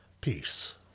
peace